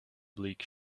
bleak